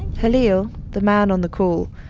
khalil, the man on the call,